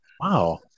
wow